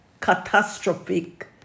catastrophic